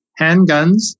handguns